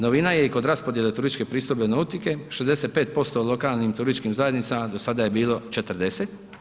Novina je i kod raspodjele turističke pristojbe nautike, 65% lokalnim turističkim zajednicama do sada je bilo 40.